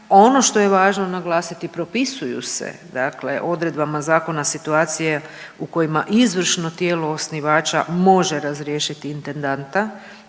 Ono što je važno naglasiti propisuju se odredbama zakona situacije u kojima izvršno tijelo osnivača može razriješiti intendanta